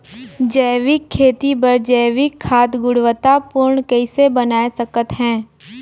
जैविक खेती बर जैविक खाद गुणवत्ता पूर्ण कइसे बनाय सकत हैं?